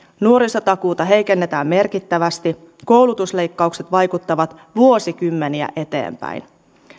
nuorisotakuuta heikennetään merkittävästi koulutusleikkaukset vaikuttavat vuosikymmeniä eteenpäin